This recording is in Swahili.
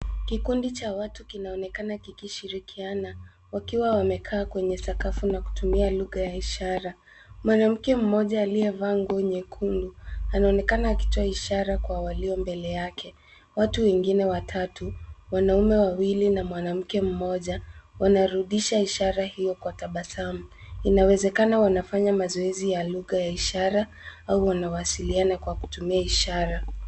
Kikundi cha watu kinaonekana kikishirikiana, wakiwa wamekaa kwenye sakafu na kutumia lugha ya ishara. Mwanamke mmoja aliyevaa nguo nyekundu anaonekana akitoa ishara kwa walio mbele yake. Watu wengine watatu, wanaume wawili na mwanamke mmoja wanarudisha ishara hiyo kwa tabasamu. Inawezekana wanafanya mazoezi ya lugha ya ishara au wanawasiliana kwa lugha ya ishara.